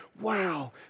Wow